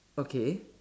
okay